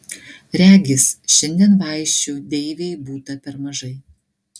regis šiandien vaišių deivei būta per mažai